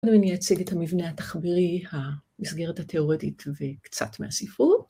ואני אציג את המבנה התחבירי, המסגרת התיאורטית וקצת מהספרות.